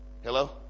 Hello